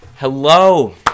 Hello